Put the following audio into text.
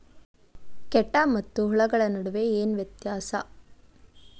ಕೇಟ ಮತ್ತು ಹುಳುಗಳ ನಡುವೆ ಏನ್ ವ್ಯತ್ಯಾಸ?